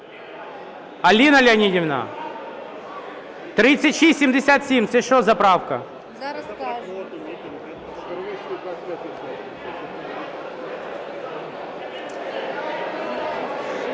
Аліна Леонідівна! 3677 – це що за правка?